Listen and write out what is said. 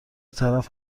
طرف